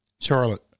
Charlotte